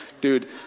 Dude